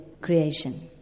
creation